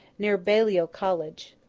near baliol college.